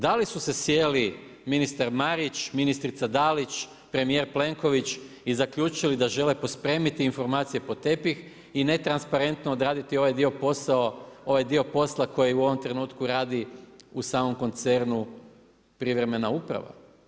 Da li su se sjeli ministar Marić, ministrica Dalić, premjer Plenković i zaključili da žele pospremiti informacije pod tepih i netransparentno odraditi ovaj dio posla koji u ovom trenutku radi u samom koncernu privremena uprava.